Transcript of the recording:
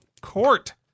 Court